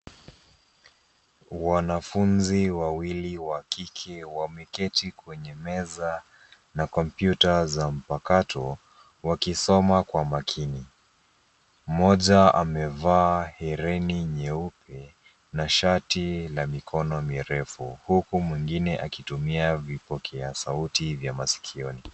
Wanafunzi wawili wa kike wameketi kwenye meza na kompyuta za mpakato, wakisoma kwa makini. Mmoja amevaa hereni nyeupe na shati la mikono mirefu huku mwingine akitumia vipokea sauti vya masikioni.